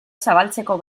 zabaltzeko